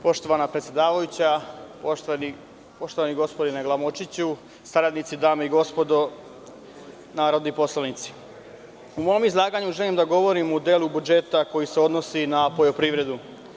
Poštovana predsedavajuća, poštovani gospodine Glamočiću, saradnici, dame i gospodo narodni poslanici, u mom izlaganju želim da govorim o delu budžeta koji se odnosi na poljoprivredu.